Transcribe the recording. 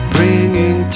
Bringing